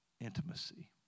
intimacy